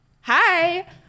hi